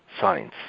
science